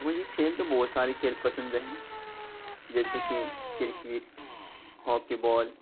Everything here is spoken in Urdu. مجھے کھیل تو بہت سارے کھیل پسند ہیں جیسے کہ کرکٹ ہاکی بال